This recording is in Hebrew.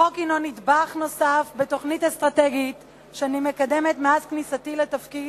החוק הוא נדבך נוסף בתוכנית אסטרטגית שאני מקדמת מאז כניסתי לתפקיד,